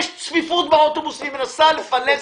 יש צפיפות באוטובוס והיא מנסה לפלס